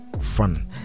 fun